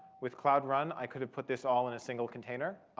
with cloud run, i could have put this all in a single container,